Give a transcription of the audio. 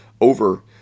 over